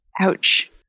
Ouch